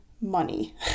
money